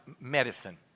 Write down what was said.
medicine